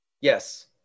yes